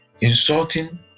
insulting